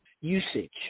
usage